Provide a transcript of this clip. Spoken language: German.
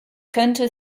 könnte